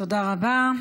תודה רבה.